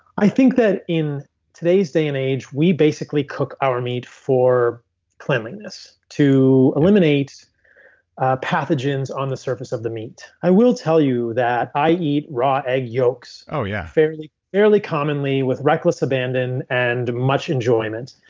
i think that in today's day and age, we basically cook our meat for cleanliness. to eliminate our pathogens on the surface of the meat. i will tell you that i eat raw egg yolks yeah fairly fairly commonly with reckless abandon and much enjoyment.